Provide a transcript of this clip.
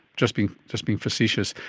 just being just being facetious.